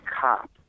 cop